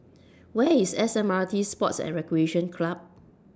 Where IS S M R T Sports and Recreation Club